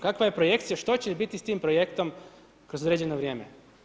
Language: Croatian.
Kakva je projekcija, što će biti s tim projektom kroz određeno vrijeme.